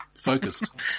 focused